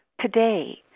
today